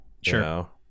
Sure